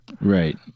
Right